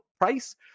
price